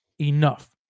enough